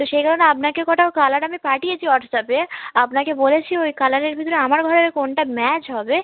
তো সেই কারণে আপনাকে কটা কালার আমি পাঠিয়েছি ওয়াটস অ্যাপে আপনাকে বলেছি ওই কালারের ভিতরে আমার ঘরের কোনটা ম্যাচ হবে